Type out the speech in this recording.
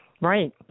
Right